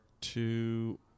two